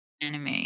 anime